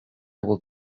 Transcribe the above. will